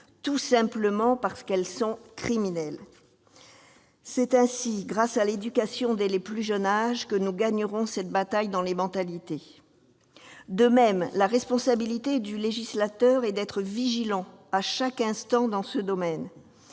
tout simplement parce qu'elles sont criminelles. C'est ainsi, grâce à l'éducation dès le plus jeune âge, que nous gagnerons cette bataille dans les mentalités. De même, il est de la responsabilité du législateur d'être vigilant à chaque instant dans ce domaine.